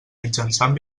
mitjançant